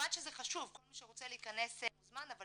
כמובן שזה חשוב - כל מי שרוצה להכנס מוזמן אבל